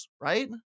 right